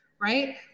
right